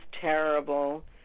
terrible